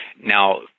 Now